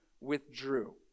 withdrew